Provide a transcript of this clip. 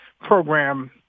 program